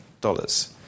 dollars